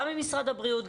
גם ממשרד הבריאות,